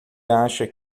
acha